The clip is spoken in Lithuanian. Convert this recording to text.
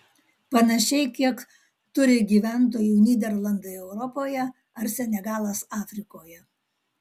panašiai kiek turi gyventojų nyderlandai europoje ar senegalas afrikoje